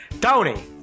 Tony